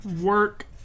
Work